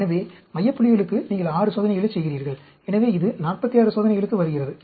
எனவே மைய புள்ளிகளுக்கு நீங்கள் 6 சோதனைகளைச் செய்கிறீர்கள் எனவே இது 46 சோதனைகளுக்கு வருகிறது